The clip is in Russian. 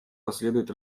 последует